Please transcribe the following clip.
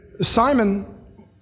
Simon